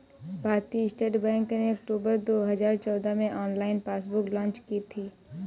भारतीय State Bank ने अक्टूबर दो हजार चौदह में ऑनलाइन पासबुक लॉन्च की थी